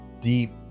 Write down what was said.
deep